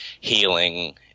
healing